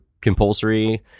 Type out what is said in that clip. compulsory